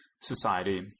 society